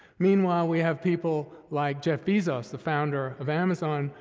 meanwhile, we have people like jeff bezos, the founder of amazon,